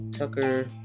Tucker